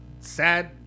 sad